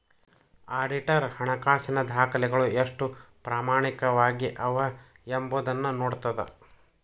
auditor ಹಣಕಾಸಿನ ದಾಖಲೆಗಳು ಎಷ್ಟು ಪ್ರಾಮಾಣಿಕವಾಗಿ ಅವ ಎಂಬೊದನ್ನ ನೋಡ್ತದ